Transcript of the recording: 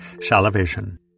salivation